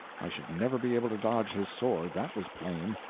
i should never be able to dodge his sword, that was plain.